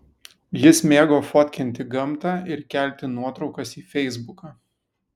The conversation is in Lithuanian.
jis mėgo fotkinti gamtą ir kelti nuotraukas į feisbuką